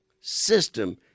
system